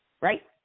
Right